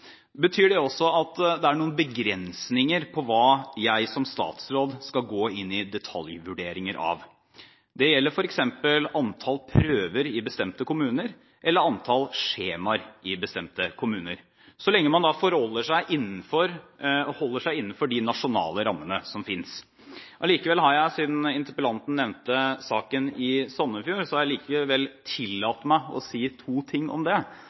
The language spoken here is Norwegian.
betyr det også at det er noen begrensninger på hva jeg som statsråd skal gå inn i detaljvurderinger av. Det gjelder f.eks. antall prøver eller antall skjemaer i bestemte kommuner, så lenge man holder seg innenfor de nasjonale rammene som finnes. Siden interpellanten nevnte saken i Sandefjord, tillater jeg meg allikevel å si to ting om den. Det